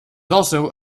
also